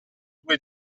due